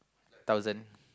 thousand